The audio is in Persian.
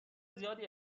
زیادی